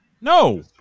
No